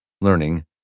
learning